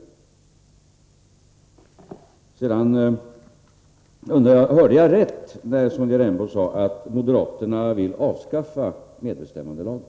Sedan undrar jag: Hörde jag rätt — sade Sonja Rembo att moderaterna vill avskaffa medbestämmandelagen?